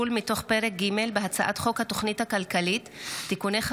הצעת חוק כליאתם של לוחמים בלתי חוקיים (תיקון מס'